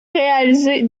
réalisé